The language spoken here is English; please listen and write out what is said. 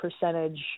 percentage